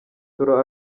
nsoro